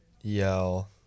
yell